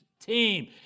team